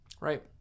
right